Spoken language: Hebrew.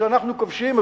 שאנחנו כובשים,